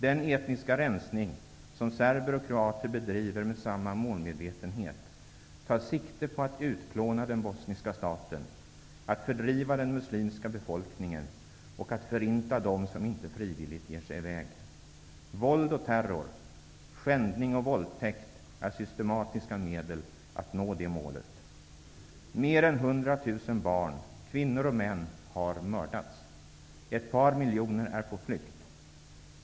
Den etniska rensning som serber och kroater bedriver med samma målmedvetenhet tar sikte på att utplåna den bosniska staten, att fördriva den muslimska befolkningen och att förinta dem som inte frivilligt ger sig i väg. Våld och terror samt skändning och våldtäkt är systematiska medel att nå målet. Mer än hundra tusen barn, kvinnor och män har mördats. Ett par miljoner är på flykt.